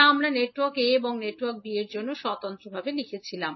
যা আমরা network a এবং নেটওয়ার্ক b এর জন্য স্বতন্ত্রভাবে লিখেছিলাম